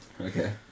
Okay